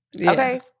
okay